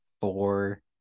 four